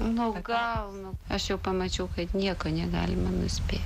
na gal aš jau pamačiau kad nieko negalime nuspėti